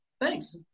thanks